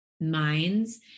minds